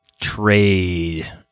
trade